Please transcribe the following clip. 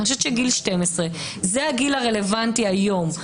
אני חושבת שגיל 12 זה הגיל הרלוונטי היום.